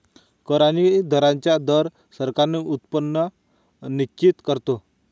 कर आणि दरांचा दर सरकारांचे उत्पन्न निश्चित करतो